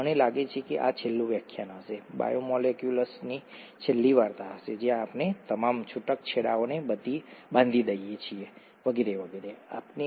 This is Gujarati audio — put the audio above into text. મને લાગે છે કે આ છેલ્લું વ્યાખ્યાન હશે બાયોમોલેક્યુલ્સની છેલ્લી વાર્તા હશે જ્યાં આપણે તમામ છૂટક છેડાઓને બાંધી દઈએ છીએ વગેરે વગેરે વગેરે